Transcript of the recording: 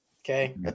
okay